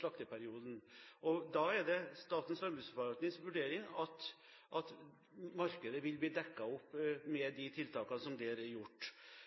slakteperioden. Da er det Statens landbruksforvaltnings vurdering at markedet vil bli dekket opp med de tiltakene som der er gjort.